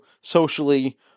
socially